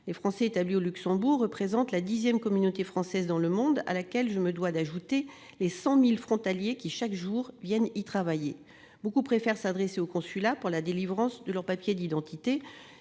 Les Français établis au Luxembourg représentent la dixième communauté française dans le monde, à laquelle je me dois d'ajouter les 100 000 frontaliers qui, chaque jour, viennent travailler dans ce pays. Beaucoup préfèrent s'adresser au consulat pour la délivrance de leurs papiers d'identité